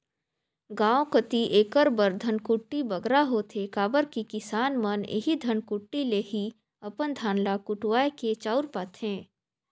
गाँव कती एकर बर धनकुट्टी बगरा होथे काबर कि किसान मन एही धनकुट्टी ले ही अपन धान ल कुटवाए के चाँउर पाथें